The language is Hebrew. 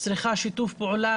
צריכה שיתוף פעולה,